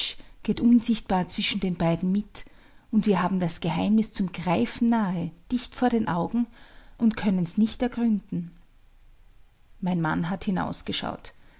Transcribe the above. geht unsichtbar zwischen den beiden mit und wir haben das geheimnis zum greifen nahe dicht vor den augen und können's nicht ergründen mein mann hat